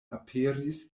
aperis